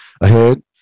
ahead